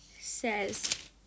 says